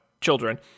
children